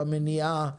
במניעה,